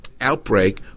outbreak